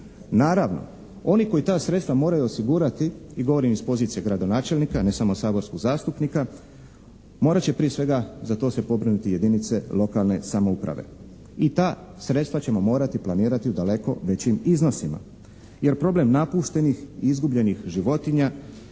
Naravno, oni koji ta sredstva moraju osigurati i govorim iz pozicije gradonačelnika ne samo saborskog zastupnika, morati će prije svega za to se pobrinuti jedinice lokalne samouprave i ta sredstva ćemo morati planirati u daleko većim iznosima. Jer problem napuštenih i izgubljenih životinja